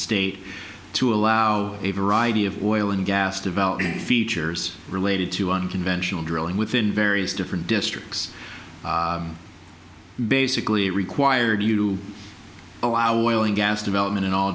state to allow a variety of oil and gas development features related to unconventional drilling within various different districts basically required you know our oil and gas development in all